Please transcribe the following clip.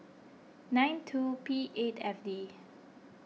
nine two P eight F D